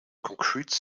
concrete